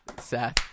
seth